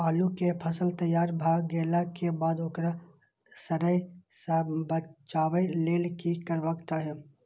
आलू केय फसल तैयार भ गेला के बाद ओकरा सड़य सं बचावय लेल की करबाक चाहि?